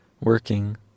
working